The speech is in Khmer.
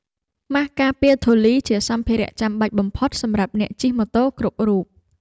ម៉ាស់ការពារធូលីជាសម្ភារៈចាំបាច់បំផុតសម្រាប់អ្នកជិះម៉ូតូគ្រប់រូប។